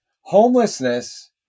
Homelessness